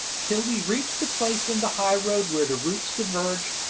till we reached the place in the high road where the routes diverge,